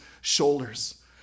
shoulders